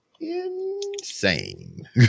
insane